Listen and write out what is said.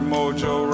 Mojo